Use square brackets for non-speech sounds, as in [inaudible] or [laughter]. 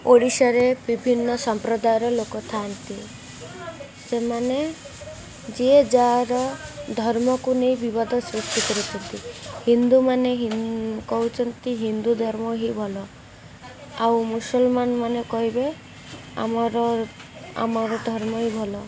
ଓଡ଼ିଶାରେ ବିଭିନ୍ନ ସମ୍ପ୍ରଦାୟର ଲୋକ ଥାଆନ୍ତି ସେମାନେ ଯିଏ ଯାହାର ଧର୍ମକୁ ନେଇ ବିବାଦ ସୃଷ୍ଟି କରୁଛନ୍ତି ହିନ୍ଦୁମାନେ [unintelligible] କହୁଛନ୍ତି ହିନ୍ଦୁ ଧର୍ମ ହିଁ ଭଲ ଆଉ ମୁସଲମାନ ମାନେ କହିବେ ଆମର ଆମର ଧର୍ମ ହିଁ ଭଲ